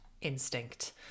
instinct